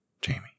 Jamie